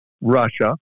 Russia